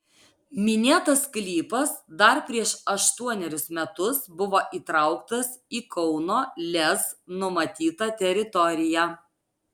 minėtas sklypas dar prieš aštuonerius metus buvo įtrauktas į kauno lez numatytą teritoriją